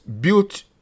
built